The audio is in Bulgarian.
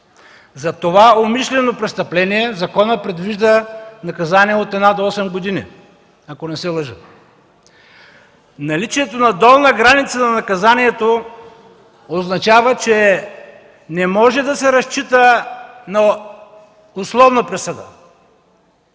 За това умишлено престъпление законът предвижда наказание от една до осем години, ако не се лъжа. Наличието на долна граница на наказанието означава, че не може да се разчита на условна присъда.